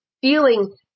feeling